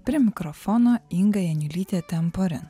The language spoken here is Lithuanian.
prie mikrofono inga janiulytė temporin